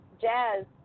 jazz